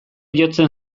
jotzen